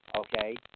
Okay